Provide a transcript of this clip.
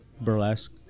burlesque